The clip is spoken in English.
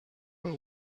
but